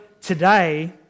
today